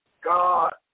God